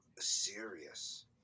serious